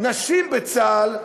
נשים בצה"ל,